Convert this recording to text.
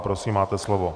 Prosím, máte slovo.